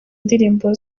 indirimbo